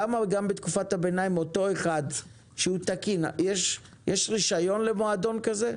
למה גם בתקופת הביניים אותו אחד שהוא תקין יש רישיון למועדון כזה?